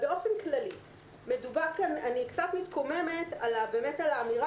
באופן כללי אני קצת מתקוממת על האמירה